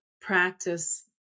practice